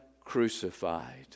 crucified